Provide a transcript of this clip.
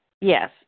Yes